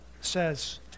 says